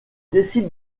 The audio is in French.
décide